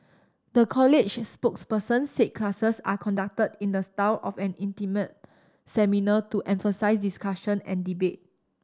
the college's spokesperson said classes are conducted in the style of an intimate seminar to emphasise discussion and debate